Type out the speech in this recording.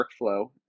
workflow